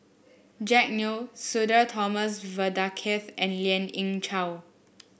Jack Neo Sudhir Thomas Vadaketh and Lien Ying Chow